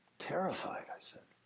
terrified, i said.